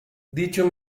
dicho